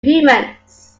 humans